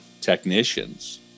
technicians